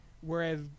whereas